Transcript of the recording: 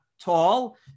tall